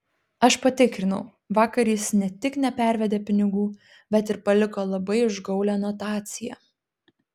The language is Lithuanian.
aš patikrinau vakar jis ne tik nepervedė pinigų bet ir paliko labai užgaulią notaciją